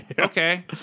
Okay